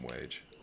wage